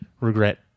regret